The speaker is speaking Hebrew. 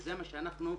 זה מה שאנחנו הולכים.